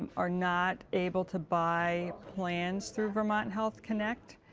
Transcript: are not able to buy plans through vermont health connect,